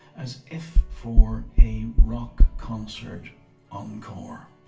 as if for a rock concert encore